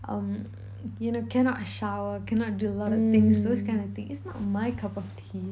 um you know cannot shower cannot do a lot of things those kind of thing is not my cup of tea